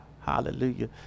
Hallelujah